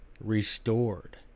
restored